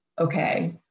okay